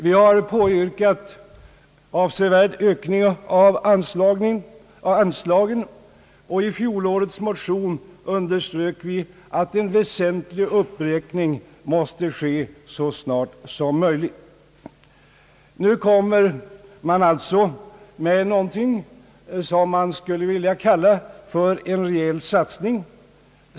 Vi har påyrkat avsevärt ökade anslag, och i fjolårets motion underströk vi att en väsentlig uppräkning måste ske så snart som möjligt. Nu kommer regeringen alltså med någonting som man skulle vilja kalla för en rejäl satsning.